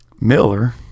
Miller